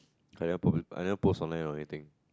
I never publi~ i never post online or anything